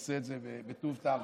והוא עושה את זה בטוב טעם.